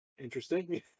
Interesting